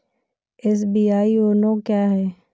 SBI YONO क्या है?